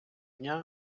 дня